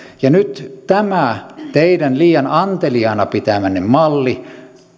ja nyt tämä teidän liian anteliaana pitämänne malli